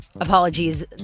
apologies